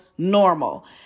normal